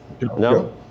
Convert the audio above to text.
No